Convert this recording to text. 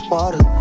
Water